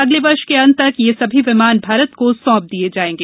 अगले वर्ष के अन्त तक ये सभी विमान भारत को सौंप दिये जाएगे